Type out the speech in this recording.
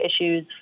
issues